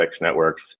networks